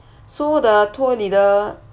so the tour leader